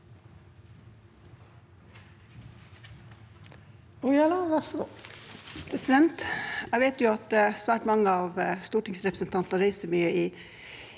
Jeg vet at svært mange stortingsrepresentanter reiser mye i